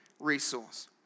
resource